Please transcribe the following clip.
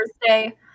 thursday